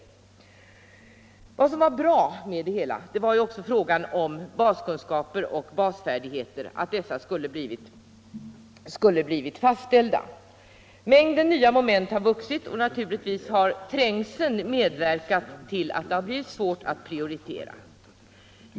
ens framtida Vad som var bra med det hela var också att normer för basfärdigheter = inriktning och baskunskaper skulle ha blivit fastställda. Mängden nya moment har ökat, och naturligtvis har trängseln medverkat till att det har blivit svårt att prioritera.